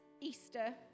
Easter